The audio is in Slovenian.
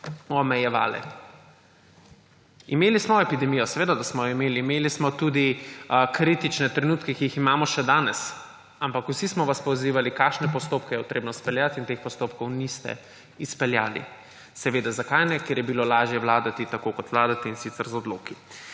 omejevale. Imeli smo epidemijo. Seveda smo jo imeli. Imeli smo tudi kritične trenutke, ki jih imamo še danes. Ampak vsi smo vas pozivali, kakšne postopke je treba izpeljati in teh postopkov niste izpeljali. Zakaj ne? Ker je bilo lažje vladati tako, kot vladate, in sicer z odloki.